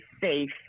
safe